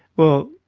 well,